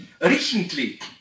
Recently